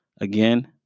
Again